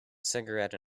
cigarette